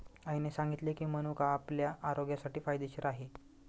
आईने सांगितले की, मनुका आपल्या आरोग्यासाठी फायदेशीर आहे